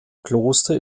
kloster